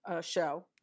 show